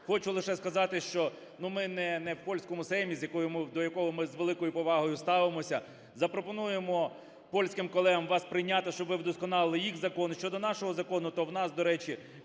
Хочу лише сказати, що, ну, ми не в Польському Сеймі, до якого ми з великою повагою ставимося. Запропонуємо польським колегам вас прийняти, щоб ви вдосконалили їх закон. Щодо нашого закону, то в нас, до речі,